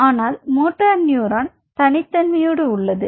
ஆனால் motor neuron தனித்தன்மை உள்ளது